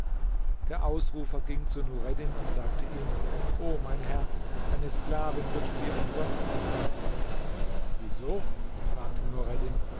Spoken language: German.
der ausrufer ging zu nureddin und sagte ihm o mein herr deine sklavin wird dir umsonst entrissen wieso fragte